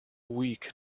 weak